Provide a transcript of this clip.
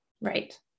Right